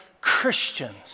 Christians